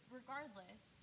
regardless